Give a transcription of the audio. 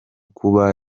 kuba